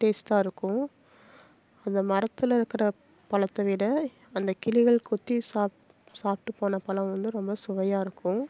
டேஸ்ட்டாக இருக்கும் அந்த மரத்தில் இருக்கிற பழத்த விட அந்த கிளிகள் கொத்தி சாப்பிட்டு போன பழம் வந்து ரொம்ப சுவையாக இருக்கும்